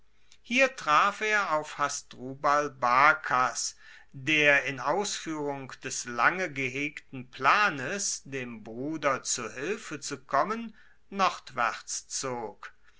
hier traf er auf hasdrubal barkas der in ausfuehrung des lange gehegten planes dem bruder zu hilfe zu kommen nordwaerts zog